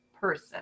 person